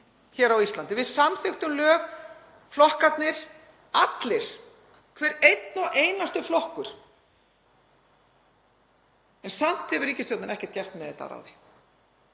hér á Íslandi. Við samþykktum lög, flokkarnir allir, hver einn og einasti flokkur, en samt hefur ríkisstjórnin ekkert gert með þetta að